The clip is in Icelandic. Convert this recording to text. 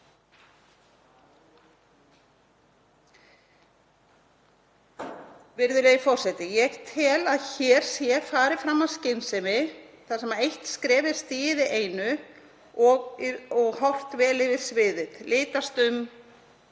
Virðulegi forseti. Ég tel að hér sé farið fram af skynsemi þar sem eitt skrefið er stigið í einu og horft vel yfir sviðið, litast um